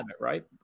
right